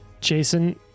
Jason